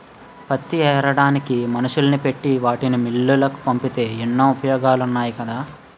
పత్తి ఏరడానికి మనుషుల్ని పెట్టి వాటిని మిల్లులకు పంపితే ఎన్నో ఉపయోగాలున్నాయి కదా